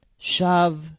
Shav